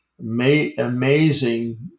amazing